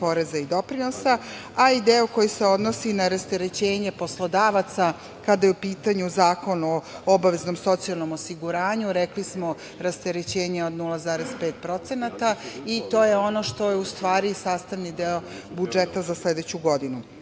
poreza i doprinosa, a i deo koji se odnosi na rasterećenje poslodavaca, kada je u pitanju Zakon o obaveznom socijalnom osiguranju. Rekli smo, rasterećenje od 0,5%. To je ono što je u stvari i sastavni deo budžeta za sledeću